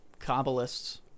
Kabbalists